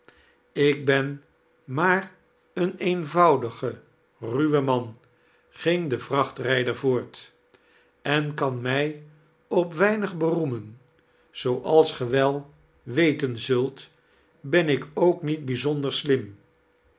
ik ben maar een eenvoudige ruwe man ging de vrachtrijder voort en kan mij op weinig beroemen zooals ge wel weten zult ben ik oak niet bijzonder slim